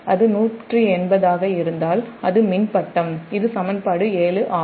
அது 180 ஆக இருந்தால் அது மின் ஃபேஸ் இது சமன்பாடு 7 ஆகும்